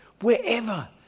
Wherever